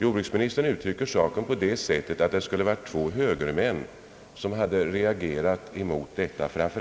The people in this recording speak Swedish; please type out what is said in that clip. Jordbruksministern uttryckte saken så, att två högermän skulle ha reagerat och ansett